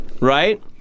Right